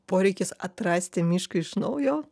poreikis atrasti mišką iš naujo